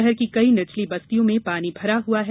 शहर की कई निचली बस्तियों में पानी भरा हुआ है